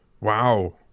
Wow